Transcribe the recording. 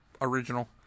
Original